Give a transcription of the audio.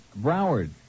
Broward